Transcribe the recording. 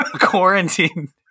quarantine